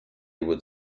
would